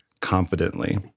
confidently